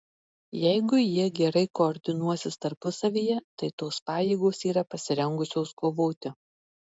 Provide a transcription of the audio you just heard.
jeigu jie gerai koordinuosis tarpusavyje tai tos pajėgos yra pasirengusios kovoti